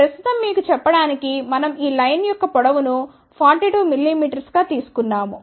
కానీ ప్రస్తుతం మీకు చెప్పడానికి మనం ఈ లైన్ యొక్క పొడవు ను 42 mmగా తీసుకున్నాము